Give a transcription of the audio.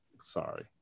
sorry